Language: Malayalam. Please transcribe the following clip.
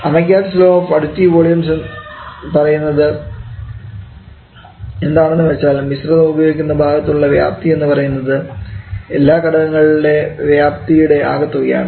Amagat's law of additive volumes പറയുന്നത് എന്താണെന്ന് വച്ചാൽ മിശ്രിതം ഉപയോഗിക്കുന്ന ഭാഗത്തുള്ള വ്യാപ്തി എന്നു പറയുന്നത് എല്ലാ ഘടകങ്ങളുടെയും വ്യാപ്തിയുടെ ആകെത്തുകയാണ്